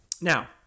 Now